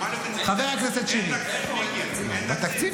רוצים שאספר לכם מה בצלאל עשה איתי שמגיעות לו 20 הדקות האלו?